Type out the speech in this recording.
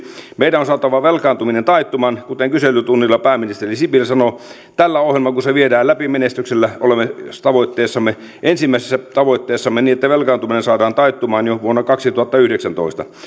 meidän on saatava velkaantuminen taittumaan kuten kyselytunnilla pääministeri sipilä sanoi tällä ohjelmalla kun se viedään läpi menestyksellä olemme ensimmäisessä tavoitteessamme niin että velkaantuminen saadaan taittumaan jo vuonna kaksituhattayhdeksäntoista